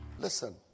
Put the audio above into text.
Listen